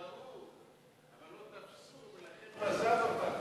ראו, אבל לא תפסו, לכן הוא עזב אותם.